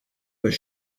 was